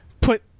put